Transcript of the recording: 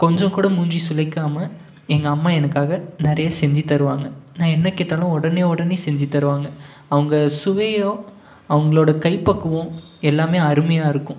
கொஞ்சம் கூட மூஞ்சி சுழிக்காமல் எங்கள் அம்மா எனக்காக நிறைய செஞ்சி தருவாங்க நான் என்ன கேட்டாலும் உடனே உடனே செஞ்சி தருவாங்க அவங்க சுவையும் அவங்களோட கைப் பக்குவம் எல்லாமே அருமையாக இருக்கும்